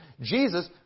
Jesus